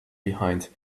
behind